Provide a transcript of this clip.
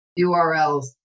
URLs